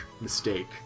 mistake